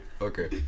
okay